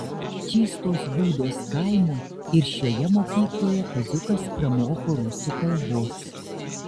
čystos būdos kaimo ir šioje mokykloje kaziukas pramoko rusų kalbos